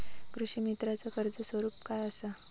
कृषीमित्राच कर्ज स्वरूप काय असा?